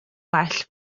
well